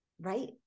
Right